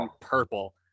purple